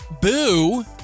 Boo